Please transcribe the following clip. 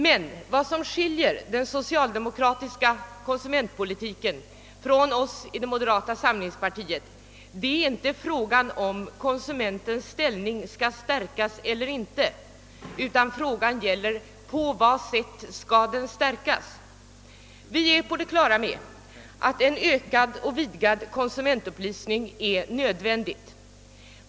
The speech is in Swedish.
Men vad som skiljer den socialdemokratiska konsumentpolitiken från moderata samlingspartiets är inte frågan om konsumentens ställning skall stärkas eller inte utan på vad sätt den skall stärkas. Vi är på det klara med att en ökad och vidgad konsumentupplysning är nödvändig.